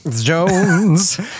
Jones